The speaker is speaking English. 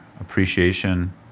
appreciation